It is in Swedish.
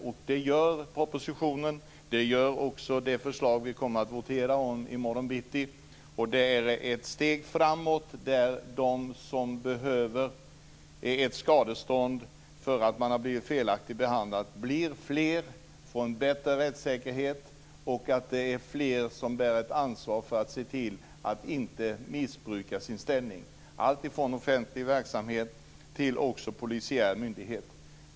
Så är det med propositionen och med det förslag som vi i morgon bitti kommer att votera om. Det här är ett steg framåt. De som behöver skadestånd för att de har blivit felaktigt behandlade blir fler. Dessa får en bättre rättssäkerhet. Vidare blir det fler som bär ett ansvar för att se till att man inte missbrukar sin ställning. Det gäller allt, från offentlig verksamhet till polisiär myndighet.